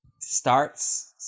starts –